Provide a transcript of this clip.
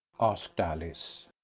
asked alice.